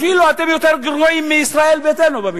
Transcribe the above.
אתם אפילו נהייתם יותר גרועים מישראל ביתנו.